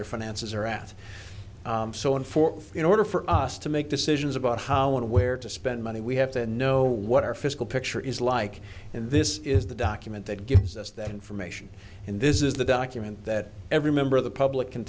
their finances are at so and for in order for us to make decisions about how and where to spend money we have to know what our fiscal picture is like and this is the document that gives us that information and this is the document that every member of the public can